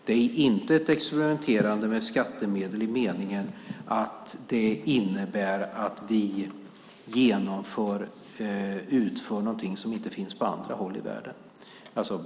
Det är inte ett experimenterande med skattemedel i den meningen att det innebär att vi utför någonting som inte finns på andra håll i världen.